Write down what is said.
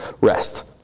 Rest